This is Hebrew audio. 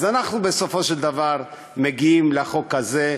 אז אנחנו בסופו של דבר מגיעים לחוק הזה,